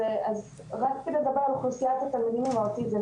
רציתי לדבר על אוכלוסיית התלמידים עם האוטיזם.